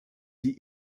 die